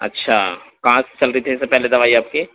اچھا کہاں سے چل رہی تھی اس سے پہلے دوائی آپ کی